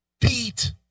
beat